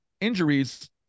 injuries